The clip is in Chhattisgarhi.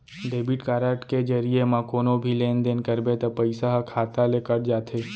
डेबिट कारड के जरिये म कोनो भी लेन देन करबे त पइसा ह खाता ले कट जाथे